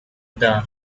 the